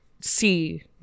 see